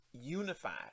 unified